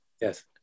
Yes